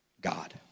God